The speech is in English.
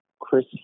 Chris